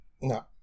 no